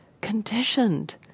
conditioned